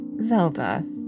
Zelda